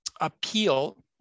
appeal